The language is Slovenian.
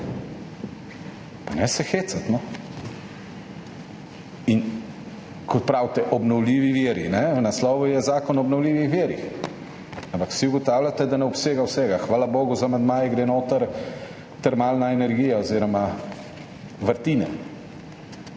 Pa ne se hecati, no. Kot pravite, obnovljivi viri, v naslovu je zakon o obnovljivih virih, ampak vsi ugotavljate, da ne obsega vsega. Hvala bogu, z amandmaji gre noter termalna energija oziroma vrtine.